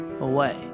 away